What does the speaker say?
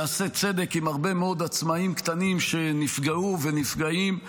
יעשה צדק עם הרבה מאוד עצמאים קטנים שנפגעו ונפגעים.